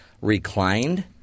reclined